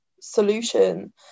solution